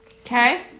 Okay